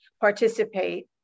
participate